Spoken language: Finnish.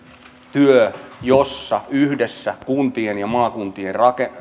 työn jossa yhdessä kuntien ja maakuntien